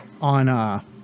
on